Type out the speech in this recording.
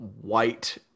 white